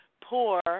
poor